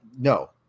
no